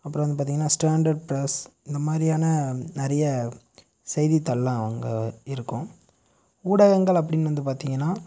அப்புறம் வந்து பார்த்தீங்கன்னா ஸ்டாண்டர்ட் பிரஸ் இந்த மாதிரியான நிறைய செய்தித்தாள்லாம் அங்கே இருக்கும் ஊடகங்கள் அப்டின்னு வந்து பார்த்தீங்கன்னா